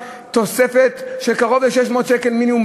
תוספת של קרוב ל-600 שקל מינימום,